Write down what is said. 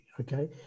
okay